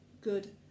good